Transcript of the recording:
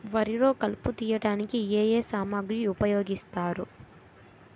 వరిలో కలుపు తియ్యడానికి ఏ ఏ సామాగ్రి ఉపయోగిస్తారు?